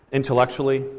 intellectually